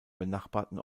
benachbarten